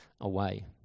away